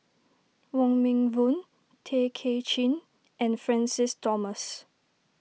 Wong Meng Voon Tay Kay Chin and Francis Thomas